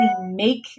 make